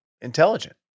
intelligent